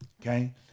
Okay